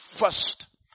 First